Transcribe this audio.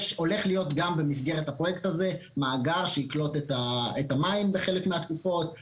הולך להיות גם במסגרת הפרויקט הזה מאגר שיקלוט את המים בחלק מהתקופות.